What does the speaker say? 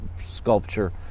sculpture